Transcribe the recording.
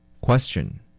Question